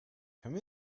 come